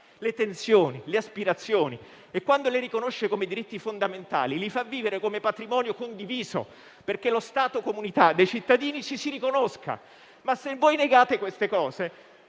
le tensioni e le aspirazioni e, quando le riconosce come diritti fondamentali, le fa vivere come patrimonio condiviso, affinché lo Stato, inteso come comunità dei cittadini, ci si riconosca. Ma se voi negate queste cose